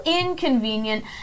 inconvenient